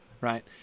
Right